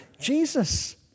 Jesus